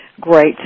great